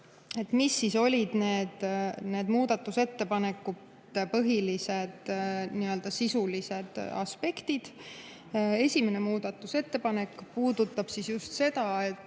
Mis olid muudatusettepanekute põhilised sisulised aspektid? Esimene muudatusettepanek puudutab just seda,